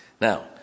Now